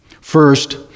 First